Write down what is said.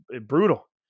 brutal